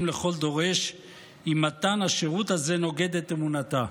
לכל דורש אם מתן השירות הזה נוגד את אמונתה.